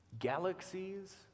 galaxies